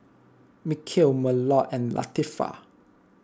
Mikhail Melur and Latifa